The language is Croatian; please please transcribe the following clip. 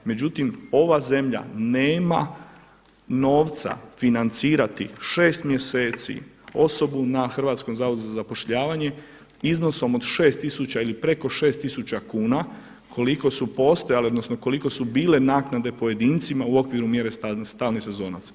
Međutim ova zemlja nema novca financirati šest mjeseci osobu na Hrvatskom zavodu za zapošljavanje iznosom od šest tisuća ili preko šest tisuća kuna koliko su postojale odnosno koliko su bile naknade pojedincima u okviru mjere stalni sezonac.